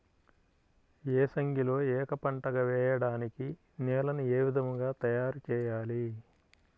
ఏసంగిలో ఏక పంటగ వెయడానికి నేలను ఏ విధముగా తయారుచేయాలి?